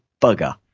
bugger